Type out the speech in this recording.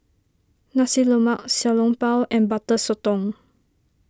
Nasi Lemak Xiao Long Bao and Butter Sotong